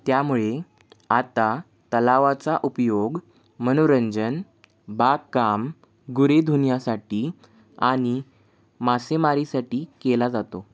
त्यामुळे आता तलावाचा उपयोग मनोरंजन बागकाम गुरे धुण्यासाठी आणि मासेमारीसाठी केला जातो